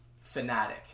fanatic